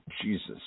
Jesus